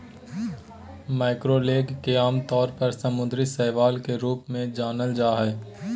macroalgae के आमतौर पर समुद्री शैवाल के रूप में जानल जा हइ